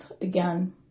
again